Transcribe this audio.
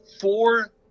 four